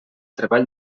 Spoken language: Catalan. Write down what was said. treball